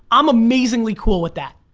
i'm amazingly cool with that.